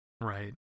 Right